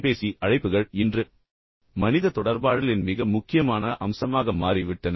தொலைபேசி அழைப்புகள் இன்று மனித தொடர்பாடலின் மிக முக்கியமான அம்சமாக மாறிவிட்டன